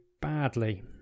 badly